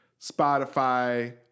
Spotify